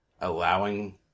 allowing